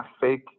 fake